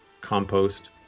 compost